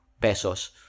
pesos